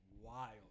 wild